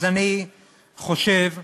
אז אני חושב שהעניין,